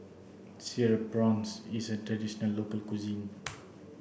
cereal prawns is a traditional local cuisine